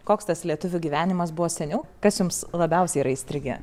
koks tas lietuvių gyvenimas buvo seniau kas jums labiausiai yra įstrigę